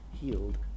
healed